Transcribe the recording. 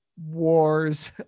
Wars